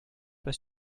pas